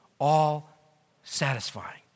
all-satisfying